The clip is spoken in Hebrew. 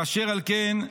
אשר על כן,